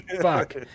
fuck